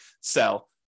sell